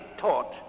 taught